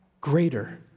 greater